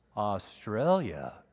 Australia